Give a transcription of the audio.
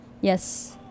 Yes